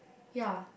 ya